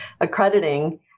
accrediting